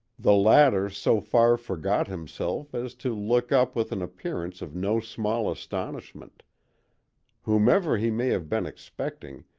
the latter so far forgot himself as to look up with an appearance of no small astonishment whomever he may have been expecting,